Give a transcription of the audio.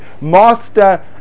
master